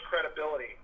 credibility